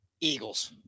Eagles